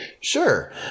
Sure